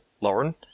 Lauren